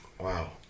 Wow